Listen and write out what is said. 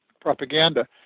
propaganda